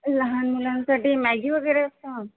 लहान मुलांसाठी मॅगी वगैरे असतं